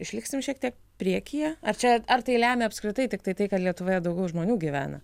išliksim šiek tiek priekyje ar čia ar tai lemia apskritai tiktai tai kad lietuvoje daugiau žmonių gyvena